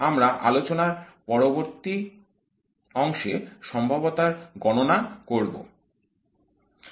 আমরা আলোচনার পরবর্তী অংশে সম্ভাব্যতার গণনা করব